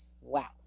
wow